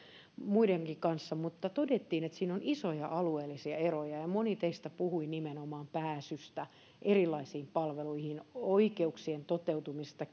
muiden kanssa mutta todettiin että siinä on isoja alueellisia eroja moni teistä puhui nimenomaan pääsystä erilaisiin palveluihin oikeuksien toteutumisesta